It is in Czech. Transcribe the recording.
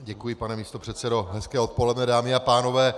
Děkuji, pane místopředsedo, hezké odpoledne, dámy a pánové.